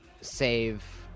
save